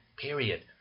period